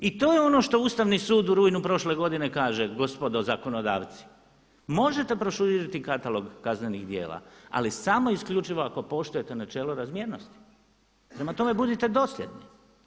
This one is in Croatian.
I to je ono što Ustavni sud u rujnu prošle godine kaže, gospodo zakonodavci možete proširiti katalog kaznenog djela ali samo isključivo ako poštujete načelo razmjernosti, prema tome budite dosljedni.